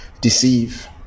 deceive